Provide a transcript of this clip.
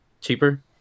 cheaper